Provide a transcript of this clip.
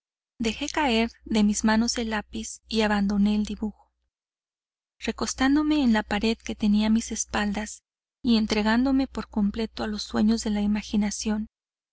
dejé caer de mis manos el lápiz y abandoné el dibujo recostándome en la pared que tenía a mis espaldas y entregándome por completo a los sueños de la imaginación